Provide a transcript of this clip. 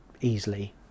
easily